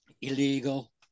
illegal